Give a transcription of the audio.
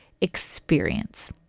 experience